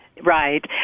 Right